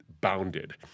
Bounded